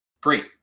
great